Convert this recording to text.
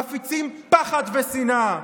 מפיצים פחד ושנאה,